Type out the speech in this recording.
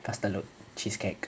faster load cheesecake